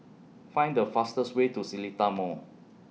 Find The fastest Way to Seletar Mall